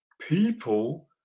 people